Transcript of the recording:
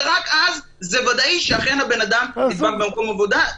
ורק אז זה ודאי שאכן הבן-אדם נדבק במקום עבודה,